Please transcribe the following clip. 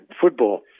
football